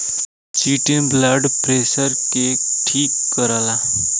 chitin blood pressure के ठीक रखला